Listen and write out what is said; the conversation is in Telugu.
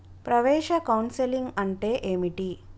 ప్రవేశ కౌన్సెలింగ్ అంటే ఏమిటి?